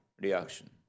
reaction